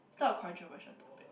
it's not a controversial topic